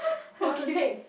okay